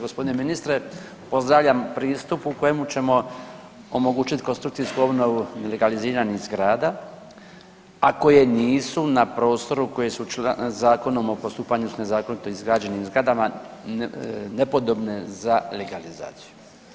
Gospodine ministre, pozdravljam pristup u kojemu ćemo omogućit konstrukcijsku obnovu legaliziranih zgrada, a koje nisu na prostoru koje su Zakonom o postupanju s nezakonito izgrađenim zgradama nepodobne za legalizaciju.